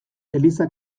eliza